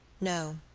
no,